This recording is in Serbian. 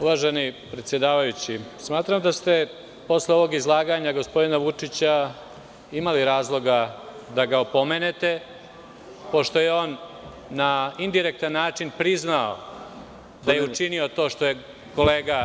Uvaženi predsedavajući, smatram da ste posle ovog izlaganja gospodina Vučića imali razloga da ga opomenete, pošto je on na indirektan način priznao da je učinio to što je kolega…